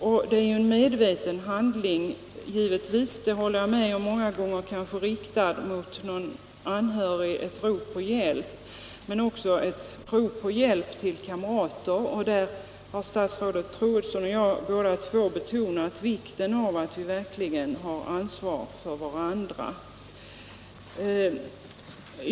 Jag håller med om att självmordet oftast är en medveten handling, många gånger riktad mot någon anhörig, eller ett rop på hjälp — också ett rop på hjälp av kamrater. Där har både statsrådet Troedsson och jag betonat vikten av att vi verkligen tar ansvar för varandra.